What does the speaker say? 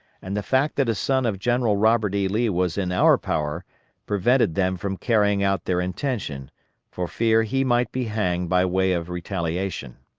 and the fact that a son of general robert e. lee was in our power prevented them from carrying out their intention for fear he might be hanged by way of retaliation.